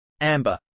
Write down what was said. Amber